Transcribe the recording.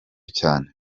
cyane